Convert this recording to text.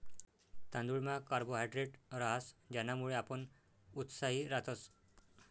तांदुयमा कार्बोहायड्रेट रहास ज्यानामुये आपण उत्साही रातस